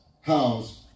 house